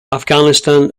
afghanistan